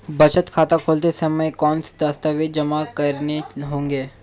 बचत खाता खोलते समय कौनसे दस्तावेज़ जमा करने होंगे?